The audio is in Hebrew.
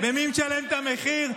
ומי משלם את המחיר?